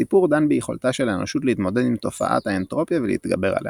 הסיפור דן ביכולתה של האנושות להתמודד עם תופעת האנטרופיה ולהתגבר עליה.